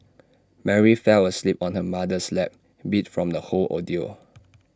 Mary fell asleep on her mother's lap beat from the whole ordeal